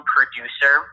Producer